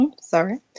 Sorry